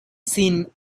seen